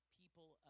people